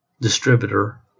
distributor